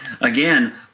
Again